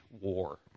war